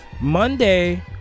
Monday